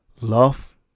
love